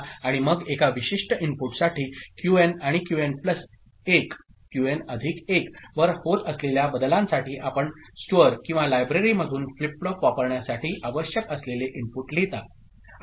आणि मग एका विशिष्ट इनपुटसाठी क्यूएन आणि क्यूएन प्लस 1 वर होत असलेल्या बदलांसाठी आपण स्टोअर किंवा लायब्ररीमधून फ्लिप फ्लॉप वापरण्यासाठी आवश्यक असलेले इनपुट लिहिता